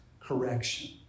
correction